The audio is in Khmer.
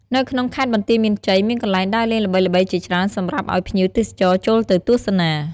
នៅក្នុងខេត្តបន្ទាយមានជ័យ មានកន្លែងដើរលេងល្បីៗជាច្រើនសម្រាប់ឲ្យភ្ញៀវទេសចរណ៌ចូលទៅទស្សនា។